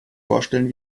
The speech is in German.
vorstellen